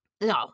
No